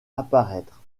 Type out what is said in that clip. apparaître